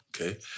Okay